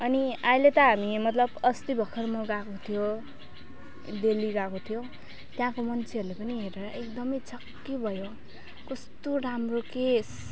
अनि अहिले त हामी मतलब अस्ति भर्खर म गएको थियो देल्ली गएको थियो त्यहाँको मान्छेहरूले पनि हेरेर एकदम छक्कै भयो कस्तो राम्रो केश